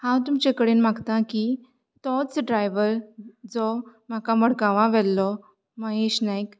हांव तुमचे कडेन मागता की तोच ड्रायवर जो म्हाका मडगांवा व्हेल्लो महेश नायक